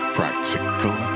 practical